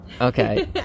Okay